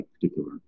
particular